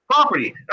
property